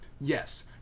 Yes